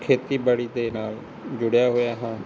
ਖੇਤੀਬਾੜੀ ਦੇ ਨਾਲ ਜੁੜਿਆ ਹੋਇਆ ਹਾਂ